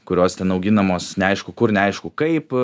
kurios ten auginamos neaišku kur neaišku kaip